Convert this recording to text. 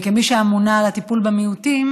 וכמי שאמונה על הטיפול במיעוטים,